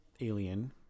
alien